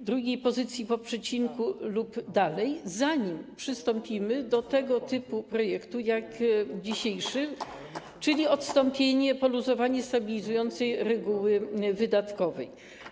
drugiej pozycji po przecinku lub dalej, zanim przystąpimy do tego typu projektu, jak dzisiejszy, czyli odstąpienie, poluzowanie stabilizującej reguły wydatkowej.